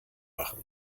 machen